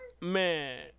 Man